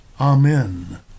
Amen